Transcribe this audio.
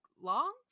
long